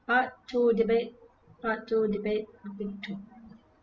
part two debate part two debate topic two